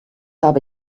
habe